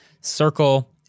circle